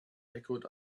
echoed